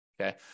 Okay